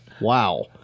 Wow